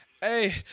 Hey